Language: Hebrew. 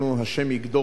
ה' יגדור את הפרצה.